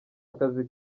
akazi